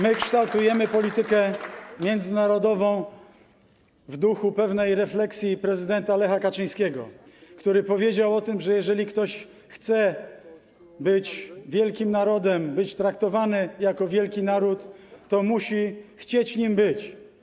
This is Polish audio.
My kształtujemy politykę międzynarodową w duchu pewnej refleksji prezydenta Lecha Kaczyńskiego, który powiedział o tym, że jeżeli ktoś chce być wielkim narodem, być traktowany jako wielki naród, to musi chcieć nim być.